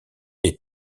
est